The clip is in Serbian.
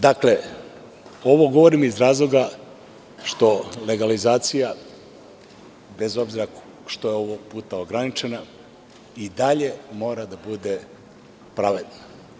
Dakle, ovo govorim iz razloga što legalizacija bez obzira što je ovog puta ograničena i dalje mora da bude pravedna.